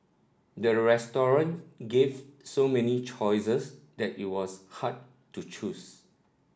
the restaurant gave so many choices that it was hard to choose